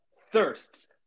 thirsts